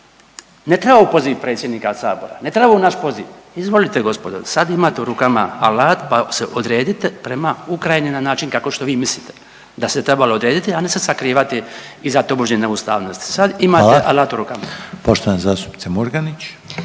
ne trebaju poziv predsjednika Sabora, ne trebaju naš poziv, izvolite gospodo, sad imate u rukama alat pa se odredite prema Ukrajini na način kako što vi mislite da se trebalo odrediti, a ne se sakrivati iza tobožnje neustavnosti. Sad imate alat u rukama. **Reiner,